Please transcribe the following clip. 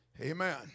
Amen